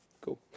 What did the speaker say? cool